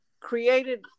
created